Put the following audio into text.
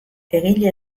egile